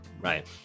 right